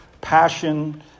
passion